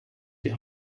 die